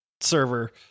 server